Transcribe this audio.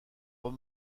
pas